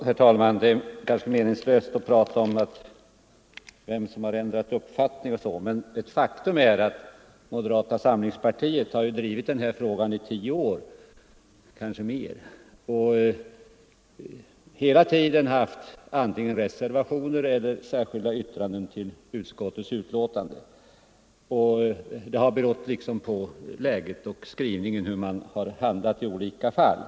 Herr talman! Det är kanske meningslöst att prata om vem som har ändrat uppfattning, men ett faktum är att moderata samlingspartiet har drivit den här frågan i tio år — kanske mer — och hela tiden haft reservationer eller särskilda yttranden till utskottets betänkanden; det har berott på läget och skrivningen hur man handlat i olika fall.